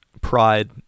pride